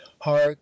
hark